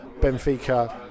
Benfica